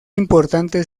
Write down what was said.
importante